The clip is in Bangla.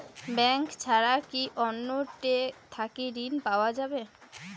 ব্যাংক ছাড়া কি অন্য টে থাকি ঋণ পাওয়া যাবে?